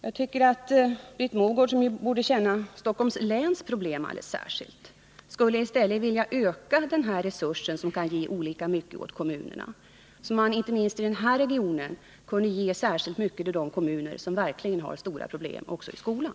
Jag tycker att Britt Mogård, som borde känna till Stockholms läns problem alldeles särskilt, i stället skulle vilja öka den här resursen, som kan ge olika mycket åt kommunerna. Inte minst i den här regionen skulle man då kunna ge särskilt mycket till de kommuner som verkligen har stora problem också i skolan.